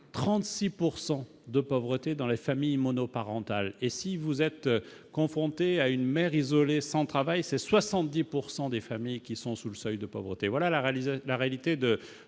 de de pauvreté dans les familles monoparentales et si vous êtes confronté à une mère isolée, sans travail, c'est 70 pourcent des des familles qui sont sous le seuil de pauvreté, voilà la réalité,